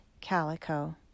Calico